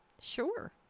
Sure